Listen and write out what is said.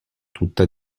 tutta